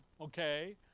okay